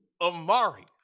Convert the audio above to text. Amari